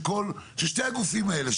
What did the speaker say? של שני הגופים האלה.